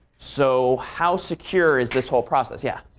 so how secure is this whole process? yeah?